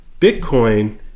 Bitcoin